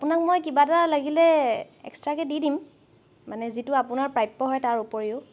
আপোনাক মই কিবা এটা লাগিলে এক্সট্ৰাকৈ দি দিম মানে যিটো আপোনাৰ প্ৰাপ্য হয় তাৰ ওপৰিও